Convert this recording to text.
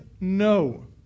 No